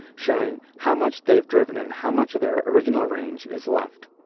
showing how much they've driven and how much of their original range is left.